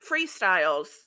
freestyles